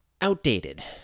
outdated